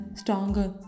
stronger